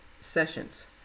sessions